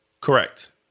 Correct